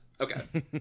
okay